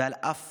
ועל אף